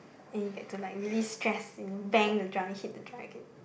and you get to like really stress and bang the drum hit the drum again